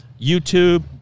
YouTube